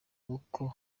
uko